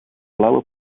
blauwe